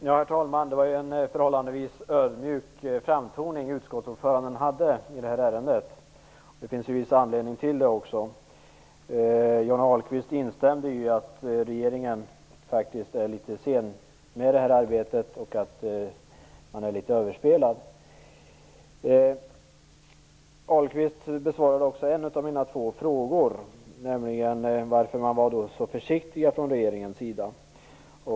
Herr talman! Det var en förhållandevis ödmjuk framtoning som utskottsordföranden hade i detta ärende. Det finns också viss anledning till det. Johnny Ahlqvist instämde i att regeringen faktiskt är litet sen med detta arbete och är något överspelad. Johnny Ahlqvist besvarade också en av mina två frågor, nämligen varför regeringen var så försiktig.